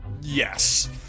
yes